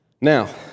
Now